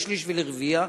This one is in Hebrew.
לשליש ולרביע,